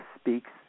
speaks